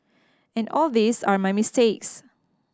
and all these are my mistakes